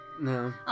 no